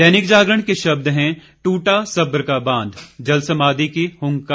दैनिक जागरण के शब्द हैं दूटा सब्र का बांध जलसमाधि की हुंकार